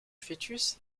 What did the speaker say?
fœtus